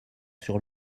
sur